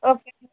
okay sir